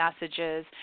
messages